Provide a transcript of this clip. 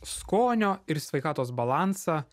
skonio ir sveikatos balansą